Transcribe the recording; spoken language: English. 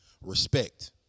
Respect